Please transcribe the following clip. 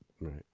Right